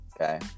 Okay